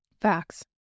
Facts